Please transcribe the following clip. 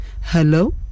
Hello